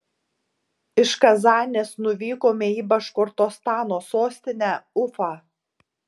iš kazanės nuvykome į baškortostano sostinę ufą